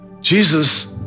Jesus